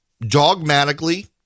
Dogmatically